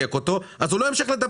מדייק אותו, אז הוא לא ימשיך לדבר.